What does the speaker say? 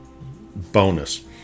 bonus